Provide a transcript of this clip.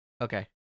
Okay